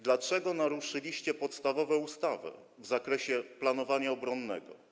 Dlaczego naruszyliście podstawową ustawę w zakresie planowania obronnego?